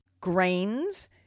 Grains